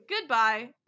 Goodbye